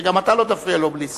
וגם אתה לא תפריע לו בלי סוף.